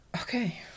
Okay